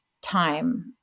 time